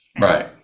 Right